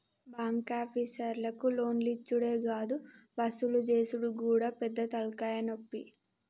బాంకాపీసర్లకు లోన్లిచ్చుడే గాదు వసూలు జేసుడు గూడా పెద్ద తల్కాయనొప్పి